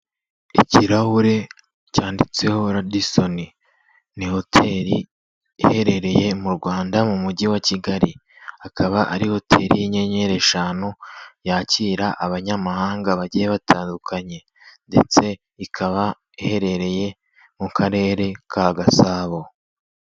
Ikirahure cyanditseho Radisoni, ni hoteri iherereye mu Rwanda mu Mujyi wa Kigali, akaba ari hoteri y'inyenyeri eshanu yakira abanyamahanga bagiye batandukanye ndetse ikaba iherereye mu karere ka Gasabo.